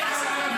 מתה על ערבים,